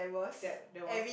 that that was